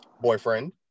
boyfriend